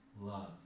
love